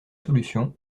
solution